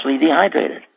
dehydrated